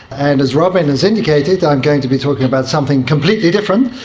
and as robyn has indicated, i'm going to be talking about something completely different.